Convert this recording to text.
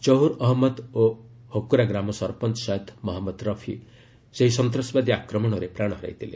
ଜହୁର ଅହମ୍ମଦ ଓ ହକୁରା ଗ୍ରାମ ସରପଞ୍ଚ ସୟଦ୍ ମହମ୍ମଦ ରଫି ସେହି ସନ୍ତାସବାଦୀ ଆକ୍ରମଣରେ ପ୍ରାଣ ହରାଇଥିଲେ